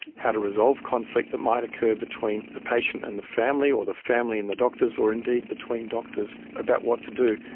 how to resolve conflicts that might occur between the patient and the family or the family and the doctors, or indeed between doctors about what to do.